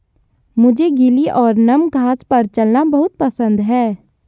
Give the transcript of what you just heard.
मुझे गीली और नम घास पर चलना बहुत पसंद है